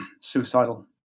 suicidal